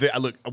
look